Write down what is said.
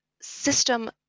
system